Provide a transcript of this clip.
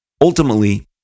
ultimately